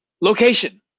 Location